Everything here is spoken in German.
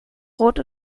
rot